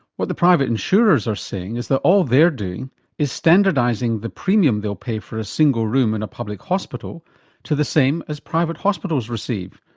what the private insurers are saying is that all they're doing is standardising the premium they'll pay for a single room in a public hospital to the same as private hospitals receive,